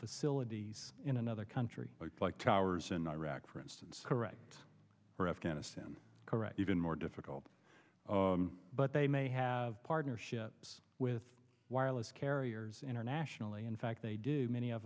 facilities in another country like ours in iraq for instance correct or afghanistan correct even more difficult but they may have partnerships with wireless carriers internationally in fact they do many of